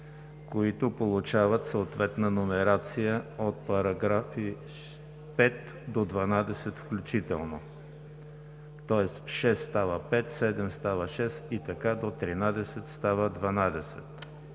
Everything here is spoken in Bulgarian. които получават съответна номерация на параграфи от 5 до 12 включително, тоест 6 става 5, 7 става 6 и така до 13, който става 12,